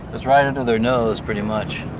was right under their nose, pretty much.